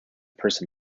person